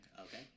Okay